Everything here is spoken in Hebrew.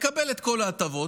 ומקבל את כל ההטבות,